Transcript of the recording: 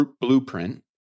blueprint